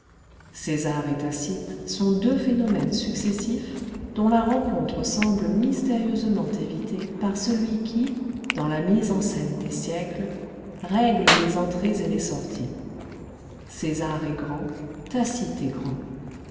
césar et tacite sont deux phénomènes successifs dont la rencontre semble mystérieusement évitée par celui qui dans la mise en scène des siècles règle les entrées et les sorties césar est grand tacite est grand